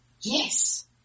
yes